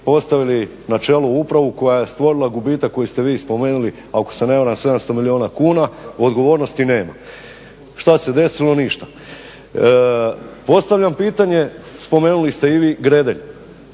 postavili na čelu upravu koja je stvorila gubitak koji ste vi spomenuli ako se ne varam 700 milijuna kuna, odgovornosti nema. Šta se desilo? Ništa. Postavljam pitanje, spomenuli ste i vi Gredelj,